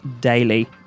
daily